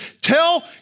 Tell